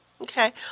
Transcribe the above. Okay